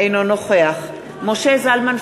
אינו נוכח משה זלמן פייגלין,